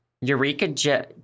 Eureka